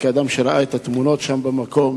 כאדם שראה את התמונות שם במקום,